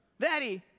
Daddy